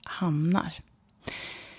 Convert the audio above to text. hamnar-